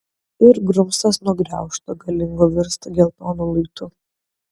ir grumstas nuo gniaužto galingo virsta geltonu luitu